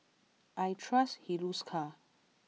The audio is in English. I trust Hiruscar